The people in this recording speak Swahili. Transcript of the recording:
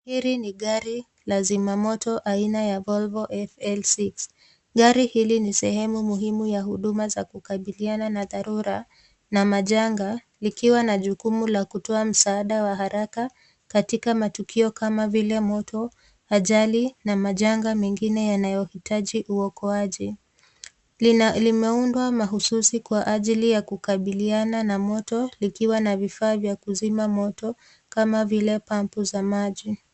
Hili ni gari la zimamoto aina ya Volvo FX6.Gari hili ni sehemu muhimu ya huduma za kukabiliana na dharura na majanga likiwa na jukumu la kutoa msaada wa haraka katika matukio kama vile moto, ajali na majanga mengine yanayohitaji uokoaji. Limeundwa mahususi kwa ajili ya kukubaliana na moto likiwa na vifaa vya kuzima moto kama vile pampu za maji.